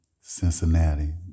Cincinnati